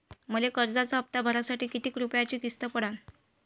मले कर्जाचा हप्ता भरासाठी किती रूपयाची किस्त पडन?